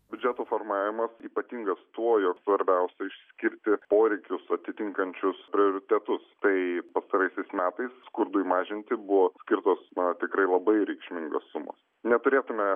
biudžeto formavimas ypatingas tuo jog svarbiausia išskirti poreikius atitinkančius prioritetus tai pastaraisiais metais skurdui mažinti buvo skirtos na tikrai labai reikšmingos sumos neturėtume